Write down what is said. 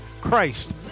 Christ